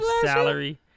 salary